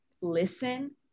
listen